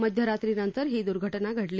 मध्यरात्रीनंतर ही दुर्घटना घडली